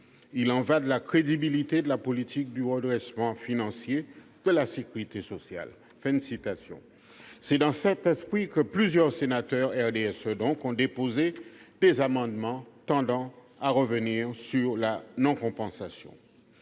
Il en va de la crédibilité de la politique de redressement financier de la sécurité sociale. » C'est dans cet esprit que plusieurs sénateurs du RDSE ont déposé des amendements tendant à revenir sur la non-compensation.